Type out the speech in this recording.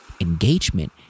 engagement